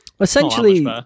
essentially